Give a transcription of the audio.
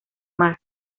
mar